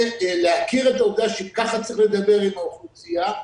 ולהכיר את העובדה שככה צריך לדבר עם האוכלוסייה,